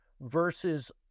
versus